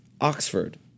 Oxford